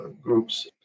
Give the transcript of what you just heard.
groups